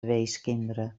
weeskinderen